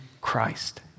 Christ